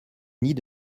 nid